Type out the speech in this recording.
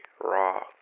raw